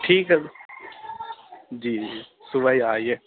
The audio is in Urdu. ٹھیک ہے جی جی صبح ہی آئیے